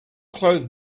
close